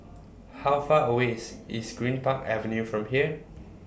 How Far away IS IS Greenpark Avenue from here